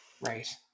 right